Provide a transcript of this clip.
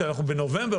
כשאנחנו בנובמבר,